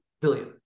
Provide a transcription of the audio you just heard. billion